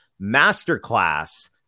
masterclass